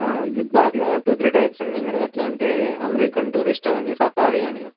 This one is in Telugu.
జిప్ బ్యాగ్లో టూ త్రీ టైప్స్ ఉన్నాయి మ్యాడమ్ ఎట్లా అంటే అమెరికన్ టూరిస్టర్ అని సఫారి అని